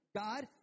God